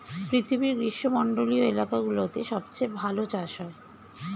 পৃথিবীর গ্রীষ্মমন্ডলীয় এলাকাগুলোতে সবচেয়ে ভালো চাষ হয়